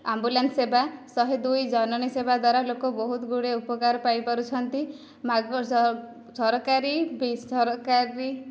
ambulance ସେବା ଶହେ ଦୁଇ ଜନନୀ ସେବା ଦ୍ଵାରା ଲୋକ ବହୁତ ଗୁଡ଼ିଏ ଉପକାର ପାଇପାରୁଛନ୍ତି ସରକାରୀ ସରକାରୀ